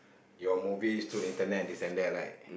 your movies through internet this and that right